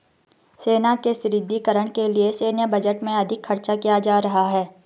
सेना के सुदृढ़ीकरण के लिए सैन्य बजट में अधिक खर्च किया जा रहा है